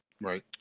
Right